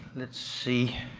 let's see.